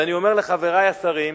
אני אומר לחברי השרים: